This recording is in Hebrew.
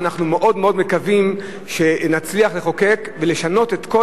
ואנחנו מאוד מקווים שנצליח לחוקק ולשנות את כל